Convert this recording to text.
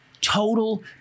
Total